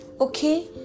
Okay